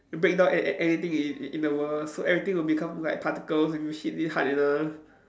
break down an~ anything in in the world so everything will become like particles if you hit it hard enough